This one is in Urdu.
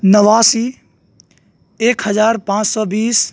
نواسی ایک ہزار پانچ سو بیس